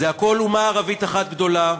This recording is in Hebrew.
זה הכול אומה ערבית אחת גדולה,